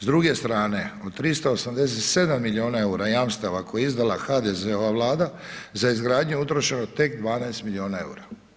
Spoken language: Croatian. S druge strane od 387 milijuna eura, jamstava koja je izdala HDZ-ova vlada, za izgradnju utrošeno tek 12 milijuna eura.